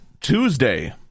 Tuesday